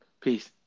Peace